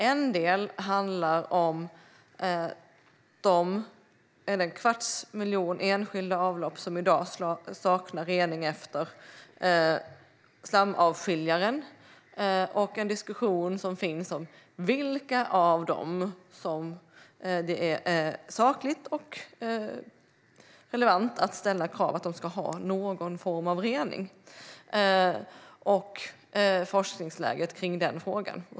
En del handlar om den kvarts miljon enskilda avlopp som i dag saknar rening efter slamavskiljaren, diskussionen om för vilka av dessa avlopp som det är sakligt och relevant att ställa krav på någon form av rening samt forskningsläget i den frågan.